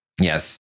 Yes